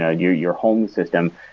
ah your your home system,